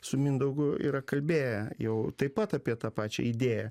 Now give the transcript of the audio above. su mindaugu yra kalbėję jau taip pat apie tą pačią idėją